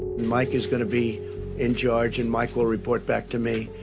mike is gonna be in charge, and mike will report back to me,